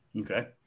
Okay